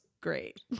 great